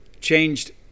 Changed